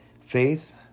faith